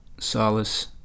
solace